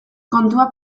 kontua